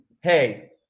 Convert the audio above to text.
hey